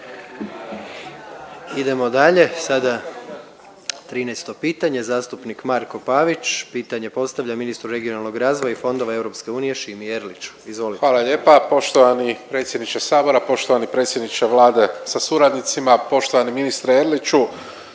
Idemo dalje, sada 13 pitanje zastupnik Marko Pavić pitanje postavlja ministru regionalnog razvoja i fondova EU Šimi Erliću. Izvolite. **Pavić, Marko (HDZ)** Hvala lijepa. Poštovani predsjedniče sabora, poštovani predsjedniče Vlade sa suradnicima, poštovani ministre Erliću,